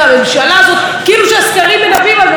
כאילו שהסקרים מנבאים על ממשלה אחרת.